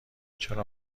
چرا